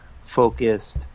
focused